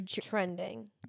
trending